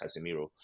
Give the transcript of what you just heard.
Casemiro